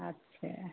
अच्छे